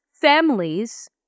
families